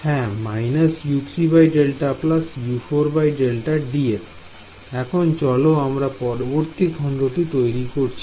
হ্যাঁ − U3Δ U4Δ dx এখন চলো আমরা পরবর্তী খণ্ডটি তৈরি করি